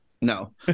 No